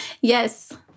Yes